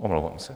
Omlouvám se.